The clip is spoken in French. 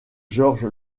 george